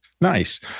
Nice